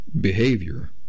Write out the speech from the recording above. behavior